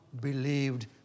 believed